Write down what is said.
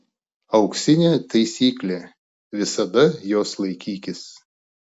auksinė taisyklė visada jos laikykis